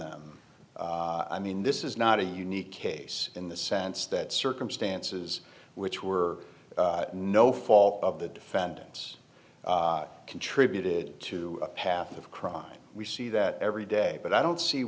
the i mean this is not a unique case in the sense that circumstances which were no fault of the defendants contributed to a path of crime we see that every day but i don't see